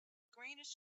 greenish